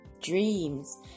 dreams